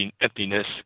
emptiness